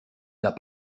n’as